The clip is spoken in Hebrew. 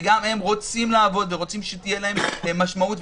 וגם הם רוצים לעבוד ורוצים שתהיה להם משמעות,